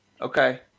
Okay